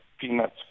Peanuts